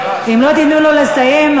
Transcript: אם לא תיתנו לו לסיים,